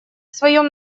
своем